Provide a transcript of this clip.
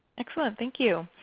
excellent, thank you.